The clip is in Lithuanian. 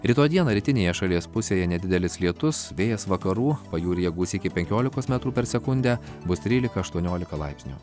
rytoj dieną rytinėje šalies pusėje nedidelis lietus vėjas vakarų pajūryje gūsiai iki penkiolikos metrų per sekundę bus trylika aštuoniolika laipsnių